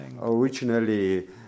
originally